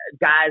guys